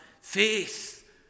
Faith